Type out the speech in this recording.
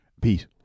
Pete